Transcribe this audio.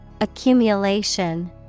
Accumulation